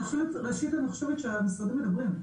ראשית, אני חושבת שהמשרדים מדברים.